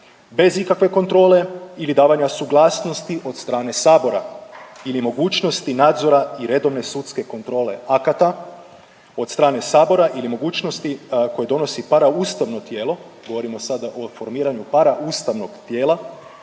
bez ikakve kontrole ili davanja suglasnosti od strane sabora ili mogućnosti nadzora i redovne sudske kontrole akata od strane sabora ili mogućnosti koje donosi paraustavno tijelo. Govorimo sada o formiranju paraustavnog tijela